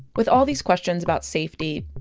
with all these questions about safety,